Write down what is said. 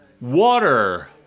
water